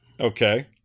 Okay